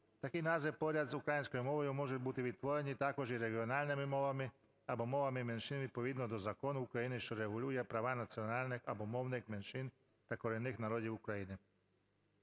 Такі назви поряд з українською мовою можуть бути відтворені також і регіональними мовами або мовами меншин відповідно до закону України, що регулює права національних або мовних меншин та корінних народів України".